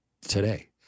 today